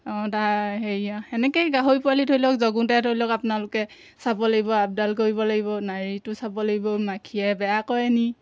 অঁ তাৰ হেৰি আৰু সেনেকৈয়ে গাহৰি পোৱালি ধৰি লওক জগোতে ধৰি লওক আপোনালোকে চাব লাগিব আপডাল কৰিব লাগিব নাড়ীটো চাব লাগিব মাখিয়ে বেয়া কৰে নি